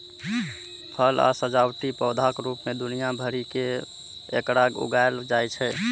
फल आ सजावटी पौधाक रूप मे दुनिया भरि मे एकरा उगायल जाइ छै